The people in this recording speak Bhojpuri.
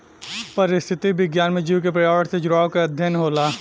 पारिस्थितिक विज्ञान में जीव के पर्यावरण से जुड़ाव के अध्ययन होला